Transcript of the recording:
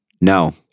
No